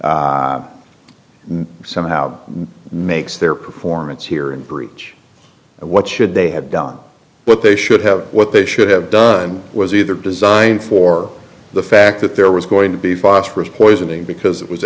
saying somehow makes their performance here in breach of what should they have done what they should have what they should have done was either designed for the fact that there was going to be phosphorous poisoning because it was